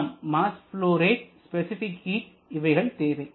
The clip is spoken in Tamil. நமக்கு mass flow rate specific heat இவைகள் தேவை